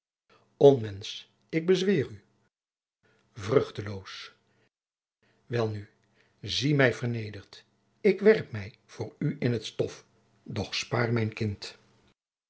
ik bezweer u vruchteloos welnu zie mij vernederd ik werp mij voor u in t stof doch spaar mijn kind